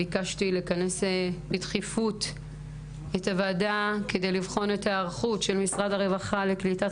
ביקשתי לכנס בדחיפות את הוועדה כדי לבחון את היערכות משרד הרווחה לקליטת